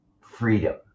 freedom